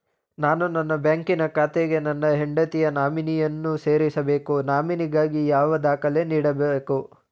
ನಾನು ನನ್ನ ಬ್ಯಾಂಕಿನ ಖಾತೆಗೆ ನನ್ನ ಹೆಂಡತಿಯ ನಾಮಿನಿಯನ್ನು ಸೇರಿಸಬೇಕು ನಾಮಿನಿಗಾಗಿ ಯಾವ ದಾಖಲೆ ನೀಡಬೇಕು?